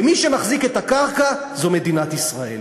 ומי שמחזיק את הקרקע זו מדינת ישראל.